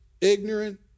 ignorant